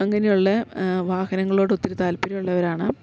അങ്ങനെ ഉള്ള വാഹനങ്ങളോടൊത്തിരി താൽപര്യമുള്ളവരാണ്